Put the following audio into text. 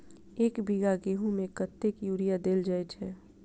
एक बीघा गेंहूँ मे कतेक यूरिया देल जाय छै?